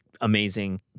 amazing